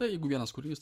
na jeigu vienas kūrinys